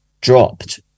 dropped